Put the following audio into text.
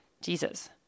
jesus